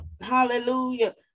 Hallelujah